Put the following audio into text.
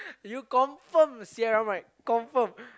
you confirm Sierra mic confirm